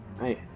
Hey